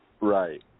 Right